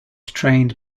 trained